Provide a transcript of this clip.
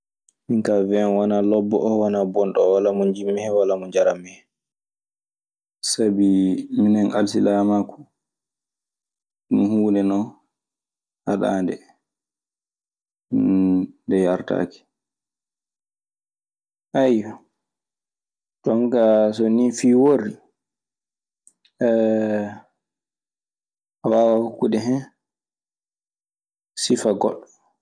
Min kaa wanaa lobbo oo wanaa bonɗo oo, walaa monjiɗmi hen walaa mo njarammi hen. Sabi minen alsilaamaaku, ɗun huunde non haɗaande, nde yaretaake. Jonkaa so nii fii worri a waawaa hokkude hen sifaa goɗɗo.